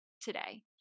today